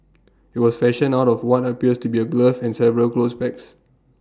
IT was fashioned out of what appears to be A glove and several clothes pegs